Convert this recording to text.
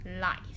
Life